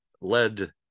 led